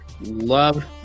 love